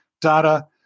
Data